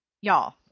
Y'all